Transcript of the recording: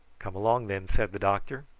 come along then, said the doctor.